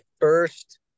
first